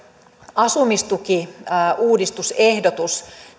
asumistukiuudistusehdotus